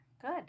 Good